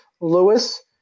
Lewis